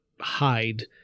hide